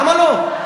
למה לא?